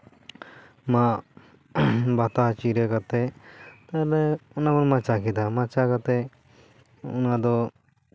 ᱢᱟᱫ ᱵᱟᱛᱟ ᱪᱤᱨᱟᱹ ᱠᱟᱛᱮ ᱚᱱᱟ ᱵᱚᱱ ᱢᱟᱪᱟ ᱠᱮᱫᱟ ᱢᱟᱪᱟ ᱠᱟᱛᱮ ᱚᱱᱟ ᱫᱚ